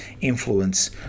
influence